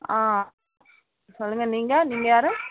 ஆ சொல்லுங்கள் நீங்கள் நீங்கள் யார்